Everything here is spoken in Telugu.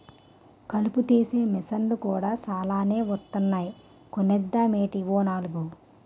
కలుపు తీసే మిసన్లు కూడా సాలానే వొత్తన్నాయ్ కొనేద్దామేటీ ఓ నాలుగు?